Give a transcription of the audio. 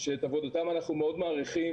שאת עבודתם אנחנו מאוד מעריכים,